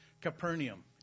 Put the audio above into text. Capernaum